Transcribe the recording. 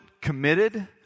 committed